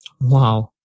Wow